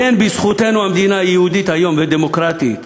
כן, בזכותנו המדינה יהודית היום, ודמוקרטית.